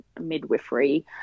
midwifery